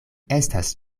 estas